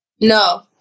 No